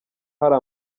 hari